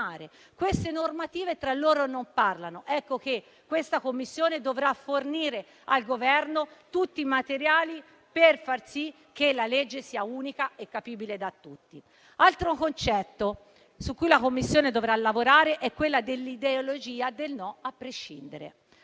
Queste normative tra loro non parlano. Ecco che questa Commissione dovrà fornire al Governo tutti i materiali per far sì che la legge sia unica e capibile da tutti. Altro concetto su cui la Commissione dovrà lavorare è l'ideologia del «no» a prescindere.